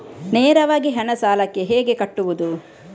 ನೇರವಾಗಿ ಹಣ ಸಾಲಕ್ಕೆ ಹೇಗೆ ಕಟ್ಟುವುದು?